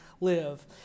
live